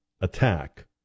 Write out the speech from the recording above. attack